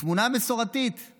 התמונה המסורתית של